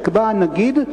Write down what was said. יקבע הנגיד,